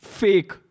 fake